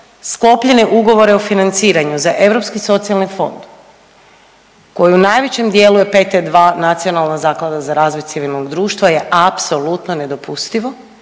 sklopljene ugovore o financiranju za Europski socijalni fond koji u najvećem dijelu je PT2 Nacionalna zaklada za razvoj civilnog društva je apsolutno nedopustivo